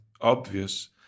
obvious